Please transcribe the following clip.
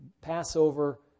Passover